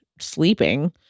sleeping